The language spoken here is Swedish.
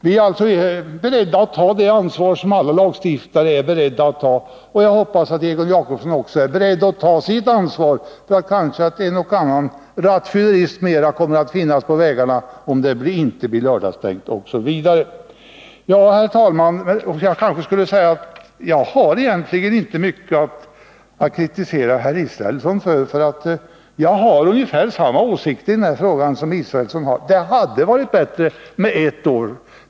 Vi är beredda att ta det ansvar som alla lagstiftare är beredda att ta. Jag hoppas att Egon Jacobsson också är beredd att ta sitt ansvar för att det kanske kommer att finnas en och annan rattfyllerist mer på vägarna om det inte blir lördagsstängt, osv. Jag har egentligen inte mycket att kritisera Per Israelsson för. Jag har ungefär samma åsikter i denna fråga som han. Det hade varit bättre med en försökstid på ett år.